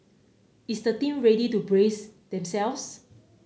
is the team ready to brace themselves